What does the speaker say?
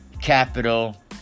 capital